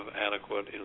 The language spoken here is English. adequate